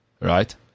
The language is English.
right